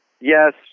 Yes